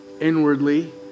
Inwardly